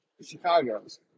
Chicago's